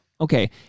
okay